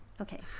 Okay